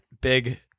big